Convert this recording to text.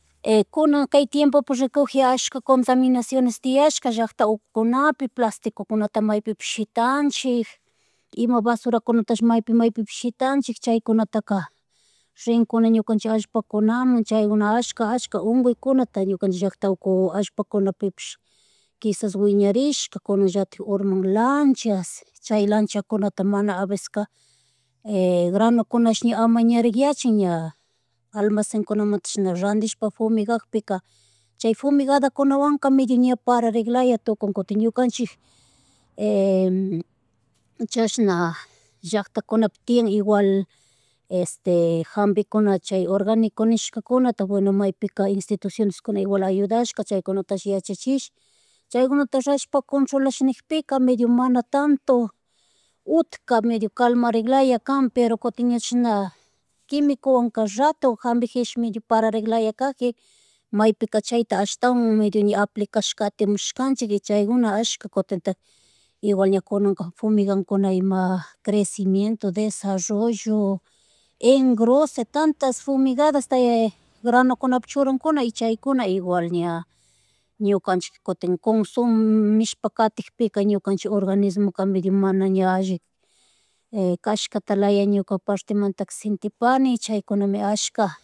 Kuna kay timpopi rikuji ashka contaminaciones tiayashka llakata ukukunapi, plastikukunata maypish shitanchik ima basurakunatash maypi, maypish shitanchik chaykunataka rinkuna ñukanchik allpakunaman chaykuna, ashka, ashka unguykunata ñukanchik llackta uku allpakunapipish kishas wiñarishkaka kunanllatik urman lanchas chay lanchakunata mana aveceska granukunash ña amakñariyachik ña almacén kunamu chashna ranshpa fumigapika, chay fumigadakunawanka medio ña pararecklaya tukun kutin ñukanchik chashna llaktakunapi tian igual este hambikuna chay orgánico nishkakunata bueno maypika intitucioneskuna igual ayudashka chaykunatash yachachishpa chakunata rushpa controlashnikpika medio mana tanto utka medio calmarik laya kan, pero kutin ña chashna quimikuwanka ratu hambijishi medio pararicklaya kaji maypika chayta ashtawan medio ña aplikash katimushkanchik y chaykuna ashka kutintak igual ña kunanka fumingakuna ima crecimiento, desarrollo, engrose, tantas fumigadas granukunapi churankuna y chaykuna igual ña. Ñukanchik kutin consumishpa katik pika ñukanchik organismo medio mana ña alli cashkata laya, ñuka partemantaka sintipani chaykunami ashka